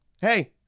hey